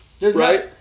Right